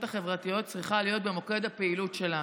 החברתיות צריכה להיות במוקד הפעילות שלנו.